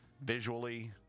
visually